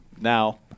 Now